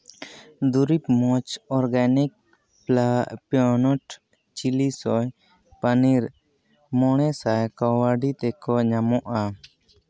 ᱫᱩᱨᱤᱵᱽ ᱢᱚᱡᱽ organic peanut ᱪᱤᱞᱤ ᱥᱚᱭ ᱯᱟᱱᱤᱨ ᱢᱚᱬᱮ ᱥᱟᱭ ᱠᱟᱣᱟᱰᱤ ᱛᱮᱠᱚ ᱧᱟᱢᱚᱜᱼᱟ